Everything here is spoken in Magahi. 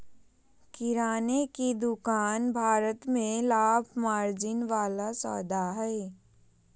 किराने की दुकान भारत में लाभ मार्जिन वाला सौदा हइ